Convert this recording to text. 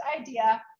idea